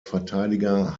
verteidiger